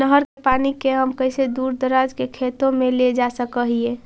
नहर के पानी के हम कैसे दुर दराज के खेतों में ले जा सक हिय?